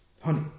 honey